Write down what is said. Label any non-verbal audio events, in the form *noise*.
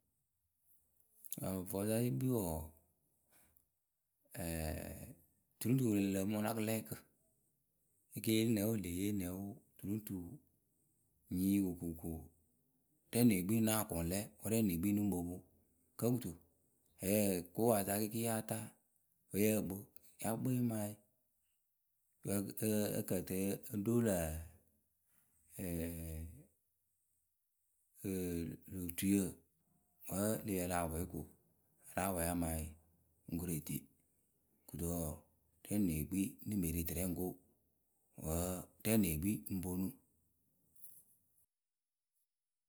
Aŋ vɔɖǝ sa le kpii wɔɔ, *hesitation* tu ru ŋ tu wǝ lǝǝmɨ wɨla kɨlɛɛkǝ e ke yeli nɛ o, e lee yee nɛ o, tu ru ŋ tu nyi koko rɛ lee kpii ŋ náa kʊ ŋ lɛ wǝ́ rɛ ŋ nee kpii ŋ nɨ ŋ po poŋ. Kǝ́ kɨto? *hesitation* kopayǝ sa kɩɩkɩɩ yáa taa wǝ́ yǝ kpɨ, yǝ kpɨ yǝ ŋ maa yǝ. Ǝ kǝ tɨ o ɖo lǝ̈ lö otuiyǝ wǝ́ e le yi a lah pwɛyɩ ko, a láa pwɛyɩ a maa yǝ o ŋ koru e tii. Kɨto rɛ lee kpi ŋ neh pe re tɨrɛ ŋ ko wǝ́ rɛ ŋ nee kpi ŋ ponu.